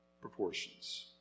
proportions